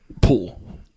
pool